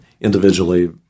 individually